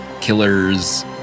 Killer's